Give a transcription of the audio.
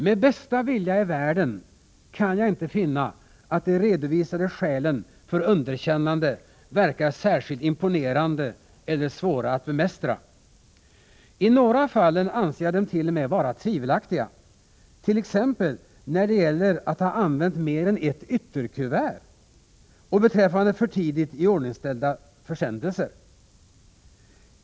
Med bästa vilja i världen kan jag inte finna att de redovisade skälen för underkännande verkar särskilt imponerande eller svåra att bemästra. I några av fallen anser jag dem t.o.m. vara tvivelaktiga, t.ex. när det gäller att ha använt fler än ett ytterkuvert och beträffande för tidigt iordningställda försändelser.